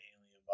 alien